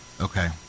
Okay